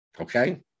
Okay